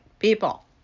People